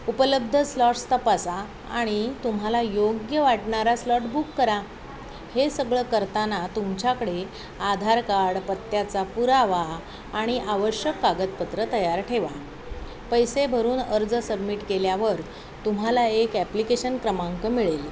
उपलब्ध स्लॉट्स तपासा आणि तुम्हाला योग्य वाटणारा स्लॉट बुक करा हे सगळं करताना तुमच्याकडे आधार कार्ड पत्त्याचा पुरावा आणि आवश्यक कागदपत्र तयार ठेवा पैसे भरून अर्ज सबमिट केल्यावर तुम्हाला एक ॲपलिकेशन क्रमांक मिळेल